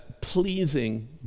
pleasing